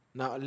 Now